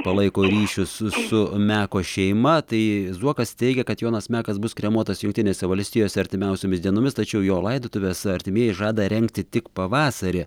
palaiko ryšius su meko šeima tai zuokas teigia kad jonas mekas bus kremuotas jungtinėse valstijose artimiausiomis dienomis tačiau jo laidotuves artimieji žada rengti tik pavasarį